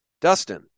Dustin